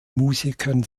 musikern